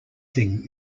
thing